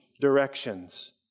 directions